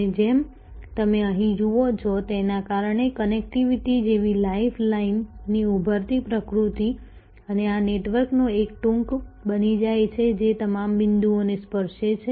અને જેમ તમે અહીં જુઓ છો તેના કારણે કનેક્ટિવિટી જેવી લાઇફ લાઇનની ઉભરતી પ્રકૃતિ અને આ નેટવર્કનો એક ટ્રંક બની જાય છે જે તમામ બિંદુઓને સ્પર્શે છે